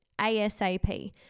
ASAP